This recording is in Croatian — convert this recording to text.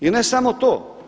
I ne samo to.